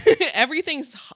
Everything's